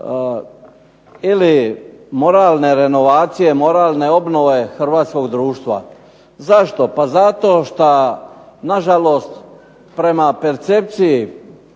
ili moralne renovacije, moralne obnove Hrvatskog društva. Zašto? Zato što na žalost prema percepciji